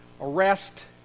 arrest